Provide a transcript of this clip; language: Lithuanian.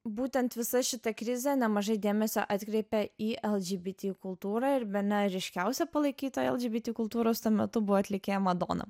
būtent visa šita krizė nemažai dėmesio atkreipė į lgbt kultūrą ir bene ryškiausia palaikyta lgbt kultūros tuo metu buvo atlikėja madona